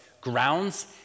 grounds